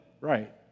right